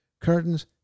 curtains